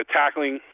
tackling